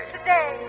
Today